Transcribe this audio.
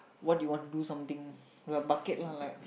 what do you wanna something like bucket lah like